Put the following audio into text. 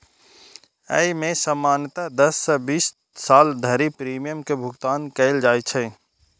अय मे सामान्यतः दस सं तीस साल धरि प्रीमियम के भुगतान कैल जाइ छै